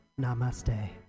Namaste